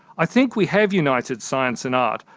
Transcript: i think we have united science and art,